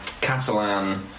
Catalan